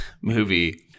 movie